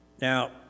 Now